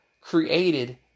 created